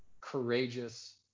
courageous